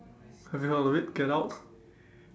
have you heard of it get out